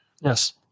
Yes